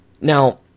Now